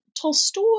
Tolstoy